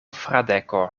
fradeko